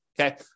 Okay